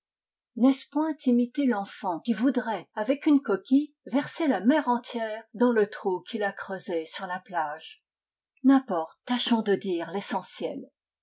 n'est-ce point imiter l'enfant qui voudrait avec une coquille verser la mer entière dans le trou qu'il a creusé sur la plage n'importe tâchons de dire l'essentiel